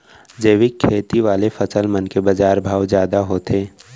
जैविक खेती वाले फसल मन के बाजार भाव जादा होथे